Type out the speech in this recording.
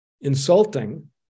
insulting